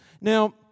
Now